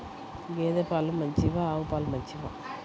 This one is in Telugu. గేద పాలు మంచివా ఆవు పాలు మంచివా?